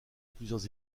plusieurs